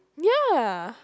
yeah